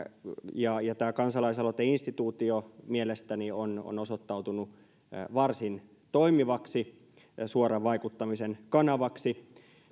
ja ja tämä kansalaisaloiteinstituutio mielestäni on osoittautunut varsin toimivaksi suoran vaikuttamisen kanavaksi